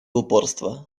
упорства